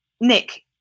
Nick